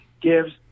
gives